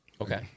Okay